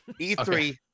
E3